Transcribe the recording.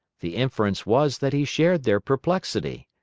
the inference was that he shared their perplexity.